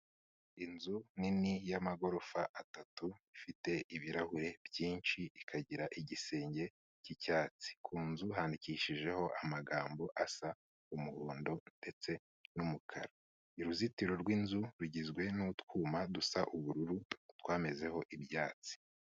Inzu nini y'amagorofa atatu ifite ibirahure byinshi, ikagira igisenge cy'icyatsi, ku nzu handikishijeho amagambo asa umuhondo ndetse n'umukara, uruzitiro rw'inzu rugizwe n'utwuma dusa ubururu twamezeho ibyatsi.